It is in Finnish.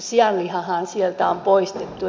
sianlihahan sieltä on poistettu